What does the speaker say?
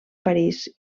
parís